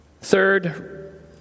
third